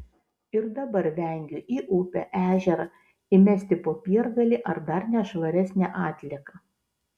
ir dabar vengiu į upę ežerą įmesti popiergalį ar dar nešvaresnę atlieką